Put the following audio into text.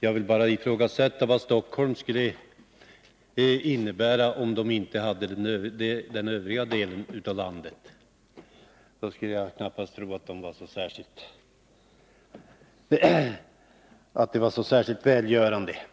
Jag vill bara ifrågasätta vad Stockholm skulle betyda, om man inte hade den övriga delen av landet. Det skulle inte vara så mycket.